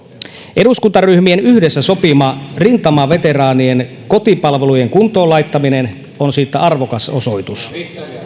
eduskuntaryhmien yhdessä sopima rintamaveteraanien kotipalvelujen kuntoon laittaminen on siitä arvokas osoitus